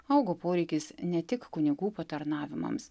augo poreikis ne tik kunigų patarnavimams